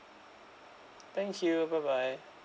thank you bye bye